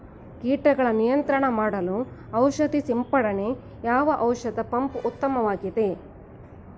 ಕೀಟಗಳ ನಿಯಂತ್ರಣ ಮಾಡಲು ಔಷಧಿ ಸಿಂಪಡಣೆಗೆ ಯಾವ ಔಷಧ ಪಂಪ್ ಉತ್ತಮವಾಗಿದೆ?